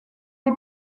des